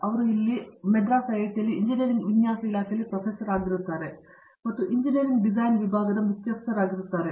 ಅವರು ಇಲ್ಲಿ ಮದ್ರಾಸ್ ಐಐಟಿಯಲ್ಲಿ ಇಂಜಿನಿಯರಿಂಗ್ ವಿನ್ಯಾಸ ಇಲಾಖೆಯಲ್ಲಿ ಪ್ರೊಫೆಸರ್ ಆಗಿರುತ್ತಾರೆ ಮತ್ತು ಇಂಜಿನಿಯರಿಂಗ್ ಡಿಸೈನ್ ವಿಭಾಗದ ಮುಖ್ಯಸ್ಥರಾಗಿರುತ್ತಾರೆ